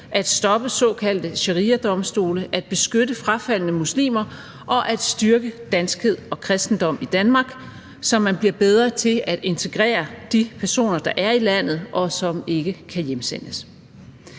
at stoppe såkaldte shariadomstole, at beskytte frafaldne muslimer og at styrke danskhed og kristendom i Danmark, så man bliver bedre til at integrere de personer, der er i landet, og som ikke kan hjemsendes.